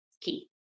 key